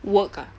work ah